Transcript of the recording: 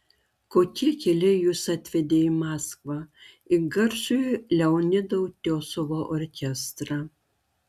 kokie keliai jus atvedė į maskvą į garsųjį leonido utiosovo orkestrą